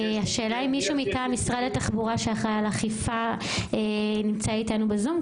האם מישהו מטעם משרד התחבורה שאחראי על אכיפה נמצא אתנו בזום?